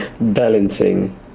Balancing